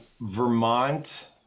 vermont